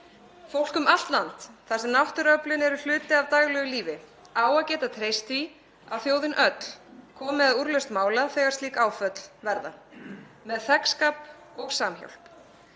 Fólk um allt land þar sem náttúruöflin eru hluti af daglegu lífi á að geta treyst því að þjóðin öll komi að úrlausn mála þegar slík áföll verða með þegnskap og samhjálp.